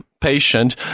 patient